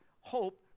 hope